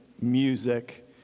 music